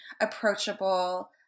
approachable